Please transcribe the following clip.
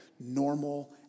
normal